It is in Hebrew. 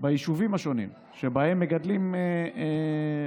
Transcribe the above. ביישובים השונים שבהם מגדלים ביצים: